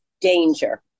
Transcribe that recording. danger